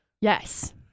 Yes